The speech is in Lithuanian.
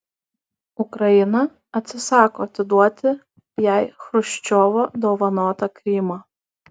ukraina atsisako atiduoti jai chruščiovo dovanotą krymą